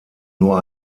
nur